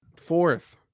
Fourth